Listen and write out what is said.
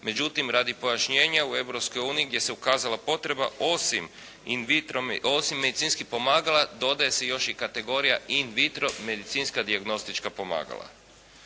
Međutim, radi pojašnjenja u Europskoj uniji gdje se ukazala potreba osim medicinskih pomagala dodaje se još i kategorija in vitro medicinska dijagnostička pomagala.